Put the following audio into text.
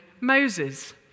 Moses